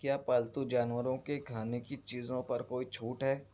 کیا پالتو جانوروں کے کھانے کی چیزوں پر کوئی چھوٹ ہے